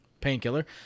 painkiller